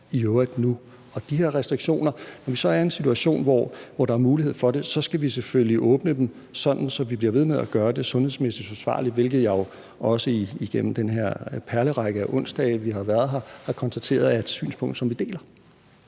i øvrigt er nu. Der er de her restriktioner, men når vi så er i en situation, hvor der er mulighed for det, skal vi selvfølgelig åbne op, sådan at vi bliver ved med at gøre det sundhedsmæssigt forsvarligt, hvilket jeg jo også igennem den her perlerække af onsdage, vi har været her, har konstateret er et synspunkt, som vi deler.